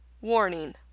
Warning